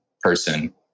person